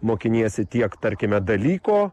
mokiniesi tiek tarkime dalyko